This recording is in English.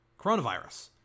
coronavirus